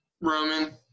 Roman